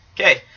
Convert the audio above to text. Okay